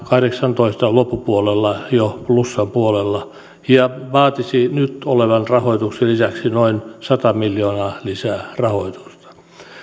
vuoden kahdeksantoista loppupuolella jo plussan puolella ja vaatisi nyt olevan rahoituksen lisäksi noin sata miljoonaa lisää rahoitusta